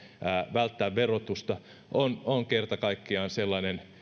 välttää verotusta on on kerta kaikkiaan sellainen